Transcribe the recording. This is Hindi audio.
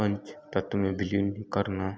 पंच तत्व में विलीन करना